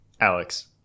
Alex